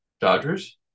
Dodgers